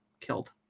killed